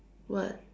what